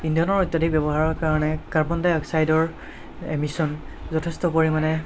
ইন্ধনৰ অত্যাধিক ব্য়ৱহাৰৰ কাৰণে কাৰ্বন ডাইঅক্সাইডৰ এমিছন যথেষ্ট পৰিমাণে